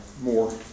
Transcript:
more